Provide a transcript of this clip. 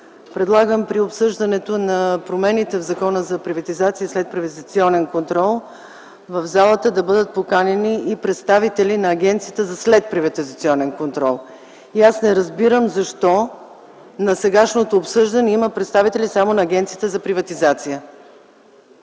Предлагам при обсъждането на промените в Закона за приватизация и следприватизационен контрол в залата да бъдат поканени и представители на Агенцията за следприватизационен контрол. Аз не разбирам защо на сегашното обсъждане има представители само на Агенцията за приватизация.